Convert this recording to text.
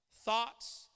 thoughts